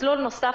מסלול נוסף,